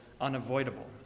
unavoidable